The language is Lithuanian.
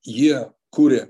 jie kuria